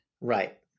Right